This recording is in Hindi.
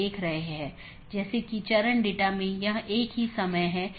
एक IBGP प्रोटोकॉल है जो कि सब चीजों से जुड़ा हुआ है